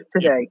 today